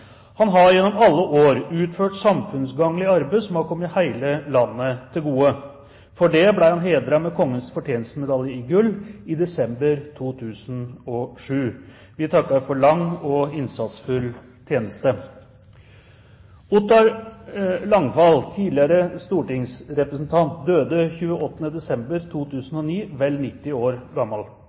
Han har gjennom alle år utført samfunnsgagnlig arbeid som har kommet hele landet til gode. For det ble han hedret med Kongens fortjenestemedalje i gull i desember 2007. Vi takker for lang og innsatsfull tjeneste. Tidligere stortingsrepresentant Ottar Landfald døde 28. desember 2009, vel 90 år